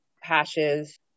hashes